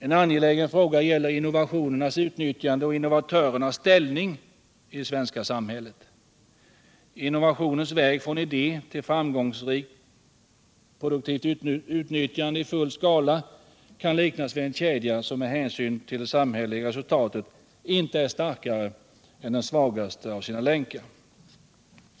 En angelägen fråga gäller innovationernas utnyttjande och innovatörernas ställning i det svenska samhället. Innovationens väg från idé till framgångsrikt produktivt utnyttjande i full skala kan liknas vid en kedja, som med hänsyn till det samhälleliga resultatet inte är starkare än den svagaste av sina länkar.